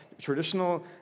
traditional